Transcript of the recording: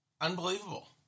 unbelievable